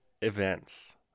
events